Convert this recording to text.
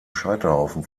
scheiterhaufen